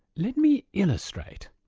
let me illustrate.